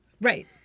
Right